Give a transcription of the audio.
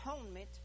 atonement